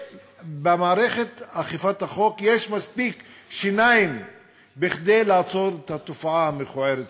למערכת אכיפת החוק יש מספיק שיניים כדי לעצור את התופעה המכוערת הזו.